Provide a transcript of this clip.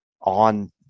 on